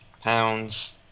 pounds